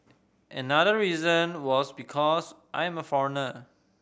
another reason was because I am a foreigner